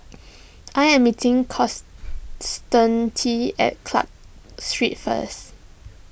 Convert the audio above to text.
I am meeting at Clarke Street first